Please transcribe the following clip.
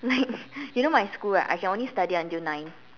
like you know my school right I can only study until nine